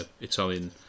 Italian